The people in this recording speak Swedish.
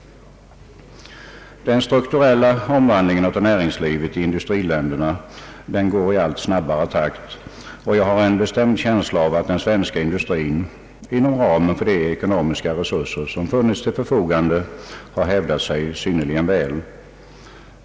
Den strukturella omvandlingen av näringslivet i industriländerna går i allt snabbare takt, och jag har en bestämd känsla av att den svenska industrin inom ramen för de ekonomiska resurser som funnits till förfogande har hävdat sig synnerligen väl.